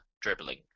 dribbling